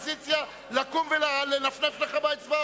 באופוזיציה היה מעז לקום ולנפנף לך באצבעות?